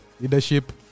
Leadership